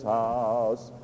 house